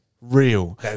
Real